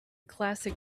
classic